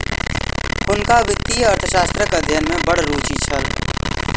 हुनका वित्तीय अर्थशास्त्रक अध्ययन में बड़ रूचि छल